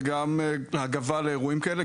וגם הגבה לאירועים כאלה,